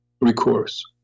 recourse